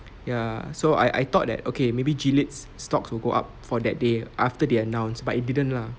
ya so I I thought that okay maybe gilead's stocks will go up for that day after they announced but it didn't lah